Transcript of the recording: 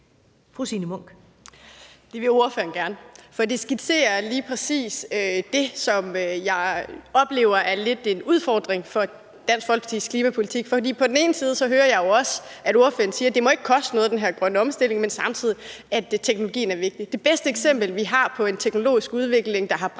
Det vil ordføreren gerne, for det skitserer lige præcis det, som jeg lidt oplever er en udfordring for Dansk Folkepartis klimapolitik. For på den ene side hører jeg jo ordføreren sige, at den her grønne omstilling ikke må koste noget, men på den anden side siger han, at teknologien er vigtig. Det bedste eksempel, vi har på en teknologisk udvikling, der har bragt